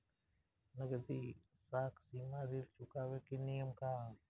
नगदी साख सीमा ऋण चुकावे के नियम का ह?